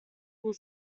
will